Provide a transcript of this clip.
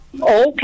Okay